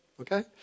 okay